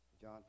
John